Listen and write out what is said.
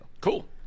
Cool